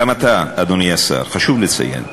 גם אתה, אדוני השר, חשוב לציין,